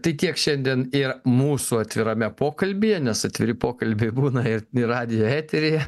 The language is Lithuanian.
tai tiek šiandien ir mūsų atvirame pokalbyje nes atviri pokalbiai būna ir radijo eteryje